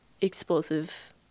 explosive